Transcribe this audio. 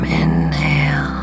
inhale